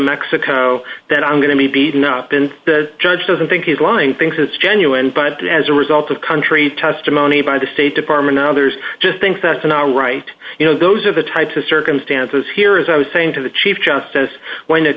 mexico then i'm going to be beaten up in church doesn't think he's lying thinks it's genuine but as a result of country testimony by the state department others just think that in our right you know those are the types of circumstances here as i was saying to the chief justice w